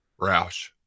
Roush